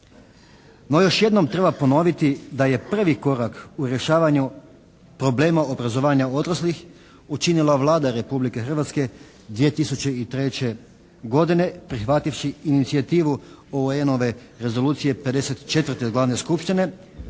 No, još jednom treba ponoviti da je prvi korak u rješavanju problema obrazovanja odraslih učinila Vlada Republike Hrvatske 2003. godine prihvativši inicijativu UN-ove Rezolucije 54 Glavne skupštine.